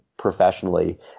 professionally